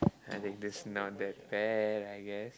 I think this's not that bad I guess